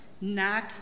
Knock